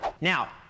Now